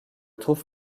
trouve